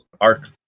arc